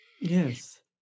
Yes